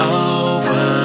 over